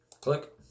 Click